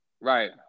Right